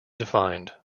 defined